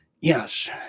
Yes